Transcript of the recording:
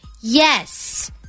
Yes